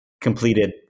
completed